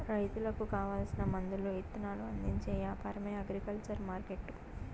రైతులకు కావాల్సిన మందులు ఇత్తనాలు అందించే యాపారమే అగ్రికల్చర్ మార్కెట్టు